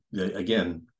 again